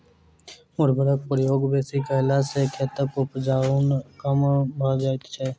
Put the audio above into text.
उर्वरकक प्रयोग बेसी कयला सॅ खेतक उपजाउपन कम भ जाइत छै